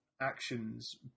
actions